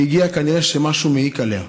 היא הגיעה, כנראה שמשהו מעיק עליה.